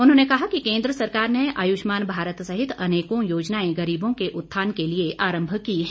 उन्होंने कहा कि केन्द्र सरकार ने आयुष्मान भारत सहित अनेकों योजनाएं गरीबों के उत्थान के लिए आरंभ की है